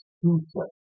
future